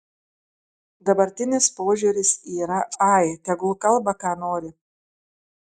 dabartinis požiūris yra ai tegul kalba ką nori